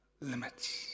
Limits